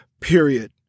period